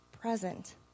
present